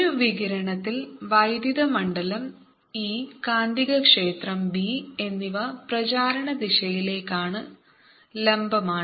ഒരു വികിരണത്തിൽ വൈദ്യുത മണ്ഡലം E കാന്തികക്ഷേത്രം B എന്നിവ പ്രചാരണ ദിശയിലേക്ക് ലംബമാണ്